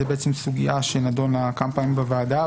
זו סוגיה שנדונה כמה פעמים בוועדה,